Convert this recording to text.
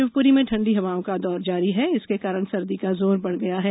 शिवप्री में ठंडी हवाओं का दौर जारी है इसके कारण सर्दी का जोर बढ़ गया है